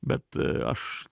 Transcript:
bet aš